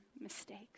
mistakes